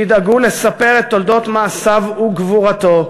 שידאגו לספר את תולדות מעשיו וגבורתו